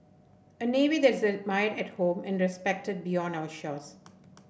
a navy that is admired at home and respected beyond our shores